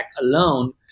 alone